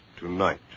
Tonight